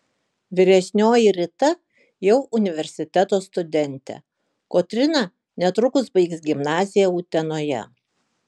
vyresnioji rita jau universiteto studentė kotryna netrukus baigs gimnaziją utenoje